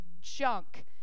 junk